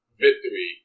victory